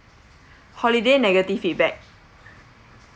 holiday negative feedback